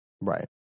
Right